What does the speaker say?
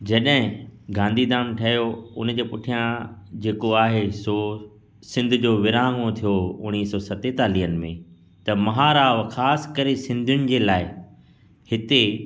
जॾहिं गांधी धाम ठहियो उनजे पुठियां जेको आहे सो सिंध जो विर्हांगो थियो उणिवीह सौ सतेतालीहनि में त महाराव ख़ासि करे सिंधियुनि जे लाइ हिते